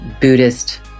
Buddhist